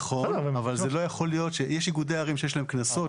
נכון, אבל יש איגודי ערים שיש להם קנסות.